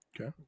Okay